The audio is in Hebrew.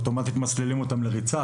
אוטומטית מסלילים אותם לריצה,